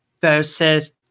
versus